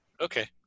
Okay